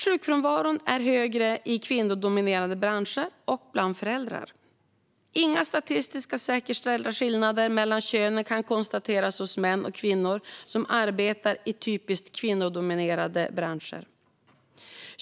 Sjukfrånvaron är högre i kvinnodominerade branscher och bland föräldrar. Inga statistiskt säkerställda skillnader mellan könen kan konstateras hos män och kvinnor som arbetar i typiskt kvinnodominerade branscher.